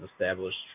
established